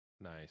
Nice